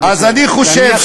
אז אני חושב,